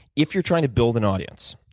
if you're trying to build and audience,